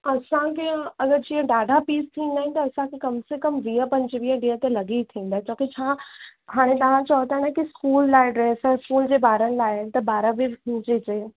असांखे अगरि जीअं ॾाढा पीस थींदा आहिनि त असांखे कम से कम वीह पंजवीह ॾींहं त लॻी थींदा छो की छा हाणे तव्हां चओ था न के स्कूल लाइ ड्रैस स्कूल जे बारनि लाइ त बार बि स्कूल जे